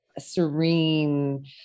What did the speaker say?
serene